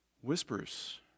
whispers